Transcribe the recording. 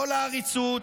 לא לעריצות,